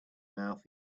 mouth